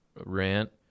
rant